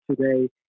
today